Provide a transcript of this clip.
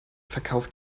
verkauft